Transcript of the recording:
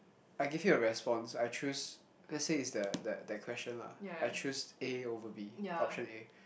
I give you a response I choose let's say it's the the that question lah I choose A over B option A